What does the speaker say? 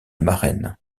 marraine